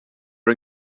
are